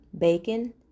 Bacon